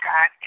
God